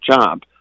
job